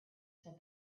said